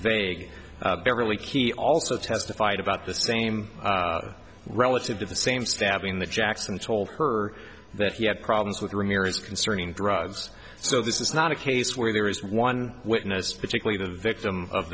vague beverly key also testified about the same relative to the same stabbing that jackson told her that he had problems with ramirez concerning drugs so this is not a case where there is one witness particularly the victim of